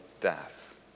death